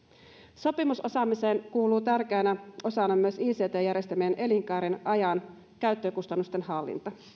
sopimusosaamiseen kuuluu tärkeänä osana myös ict järjestelmien elinkaaren ajan käyttökustannusten hallinta